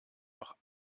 noch